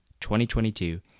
2022